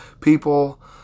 people